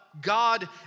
God